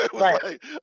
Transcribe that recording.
right